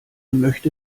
möchte